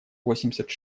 восемьдесят